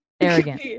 arrogant